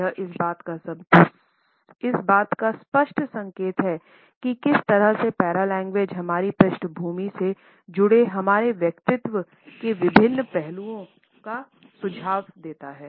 यह इस बात का स्पष्ट संकेत है कि किस तरह से पैरालेंग्वेज हमारे पृष्ठभूमि से जुड़े हमारे व्यक्तित्व के विभिन्न पहलुओं का सुझाव देता है